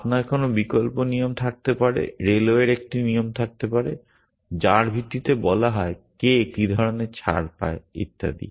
আপনার কোনো বিকল্প নিয়ম থাকতে পারে রেলওয়ের একটি নিয়ম থাকতে পারে যার ভিত্তিতে বলা হয় কে কী ধরনের ছাড় পায় ইত্যাদি